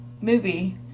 movie